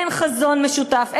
אין חזון משותף.